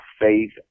faith